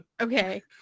Okay